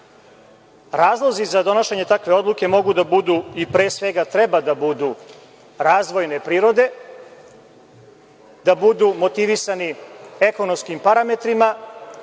Razlozi za donošenje takve odluke mogu da budu i pre svega treba da budu razvojne prirode, da budu motivisani ekonomskim parametrima,